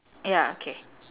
ya okay